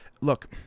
Look